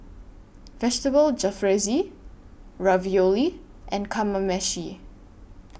Vegetable Jalfrezi Ravioli and Kamameshi